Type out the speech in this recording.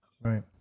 Right